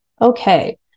okay